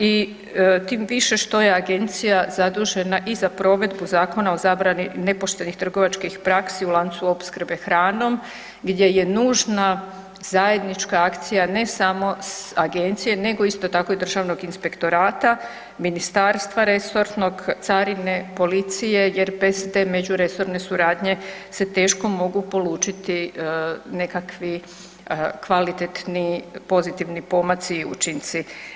I tim više što je agencija zadužena i za provedbu Zakona o zabrani nepoštenih trgovačkih praksi u lancu opskrbe hranom gdje je nužna zajednička akcija ne samo agencije nego isto tako i državnog inspektora, ministarstva resornog, carine, policije jer bez te međuresorne suradnje se teško mogu polučiti nekakvi kvalitetni, pozitivni pomaci i učinci.